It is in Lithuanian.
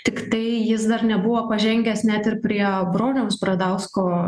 tiktai jis dar nebuvo pažengęs net ir prie broniaus bradausko